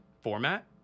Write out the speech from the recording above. format